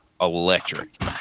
electric